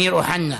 אמיר אוחנה,